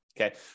Okay